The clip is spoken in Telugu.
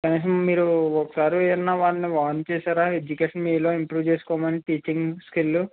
కనీసం మీరు ఒకసారేమన్నా వాళ్ళని వార్న్ చేసారా మీరు ఎడ్యుకేషన్ మీలో ఇంప్రూవ్ చేసుకోమని టీచింగ్ స్కిల్